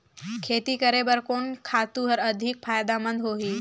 खेती करे बर कोन खातु हर अधिक फायदामंद होही?